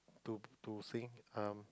to to sing um